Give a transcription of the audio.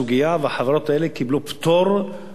והחברות האלה קיבלו פטור ממס,